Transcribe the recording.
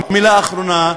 ומילה אחרונה,